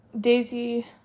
Daisy